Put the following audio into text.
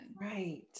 Right